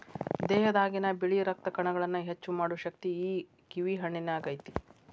ದೇಹದಾಗಿನ ಬಿಳಿ ರಕ್ತ ಕಣಗಳನ್ನಾ ಹೆಚ್ಚು ಮಾಡು ಶಕ್ತಿ ಈ ಕಿವಿ ಹಣ್ಣಿನ್ಯಾಗ ಐತಿ